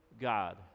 God